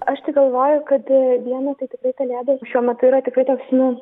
aš tai galvoju kad viena tai tikrai kalėdos šiuo metu yra tikrai toks nu